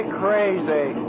crazy